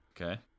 Okay